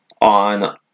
on